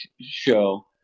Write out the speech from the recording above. show